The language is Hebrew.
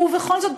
ובכל זאת,